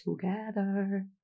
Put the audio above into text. together